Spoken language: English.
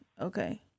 Okay